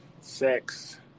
sex